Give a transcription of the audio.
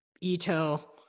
Ito